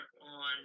on